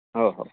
हो हो